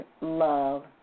love